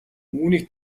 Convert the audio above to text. үүнийг